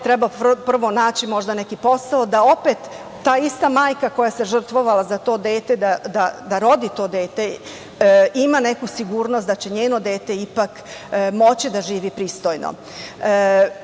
treba naći neki posao, da opet ta ista majka koja se žrtvovala za to dete, da rodi to dete, ima neku sigurnost da će njeno dete ipak moći da živi